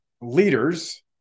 leaders